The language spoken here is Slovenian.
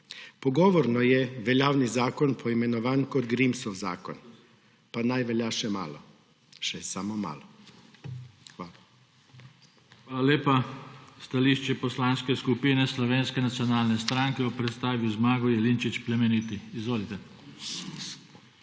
Pogovorno je veljavni zakon poimenovan kot Grimsov zakon, pa naj velja še malo, še samo malo. Hvala. **PODPREDSEDNIK JOŽE TANKO**: Hvala lepa. Stališče Poslanske skupine Slovenske nacionalne stranke bo predstavil Zmago Jelinčič Plemeniti. Izvolite.